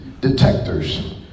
detectors